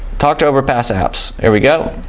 talk to overpass apps there we go